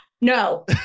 No